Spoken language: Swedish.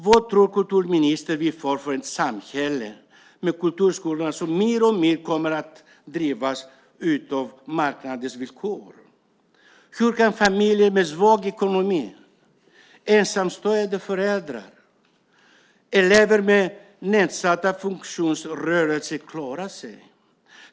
Vad tror kulturministern att vi får för samhälle när kulturskolan mer och mer kommer att drivas av marknadens villkor? Hur kan familjer med svag ekonomi, ensamstående föräldrar eller elever med nedsatt funktions och rörelseförmåga klara sig?